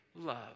love